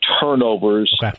turnovers